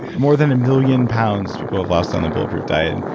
more than a million pounds people have lost on the bulletproof diet. and